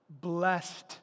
blessed